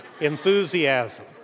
enthusiasm